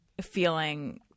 feeling